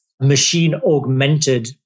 machine-augmented